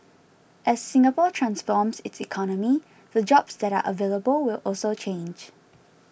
as Singapore transforms its economy the jobs that are available will also change